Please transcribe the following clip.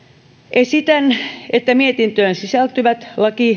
esitän että mietintöön sisältyvät